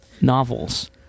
novels